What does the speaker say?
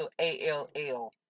A-L-L